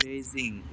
Beijing